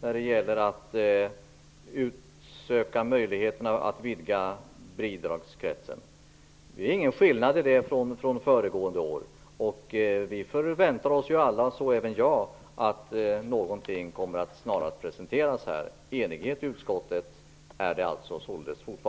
när det gäller att undersöka möjligheterna att vidga bidragskretsen. Det är ingen skillnad jämfört med föregående år. Alla förväntar vi oss, och så alltså även jag, att någonting snarast presenteras här. Enighet råder således fortfarande i utskottet.